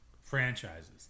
franchises